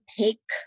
take